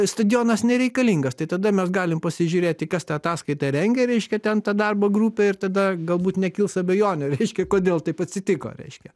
stadionas nereikalingas tai tada mes galim pasižiūrėti kas tą ataskaitą rengė reiškia ten tą darbo grupę ir tada galbūt nekils abejonių reiškia kodėl taip atsitiko reiškia